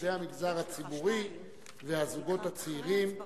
עובדי המגזר הציבורי והזוגות הצעירים,